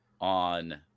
on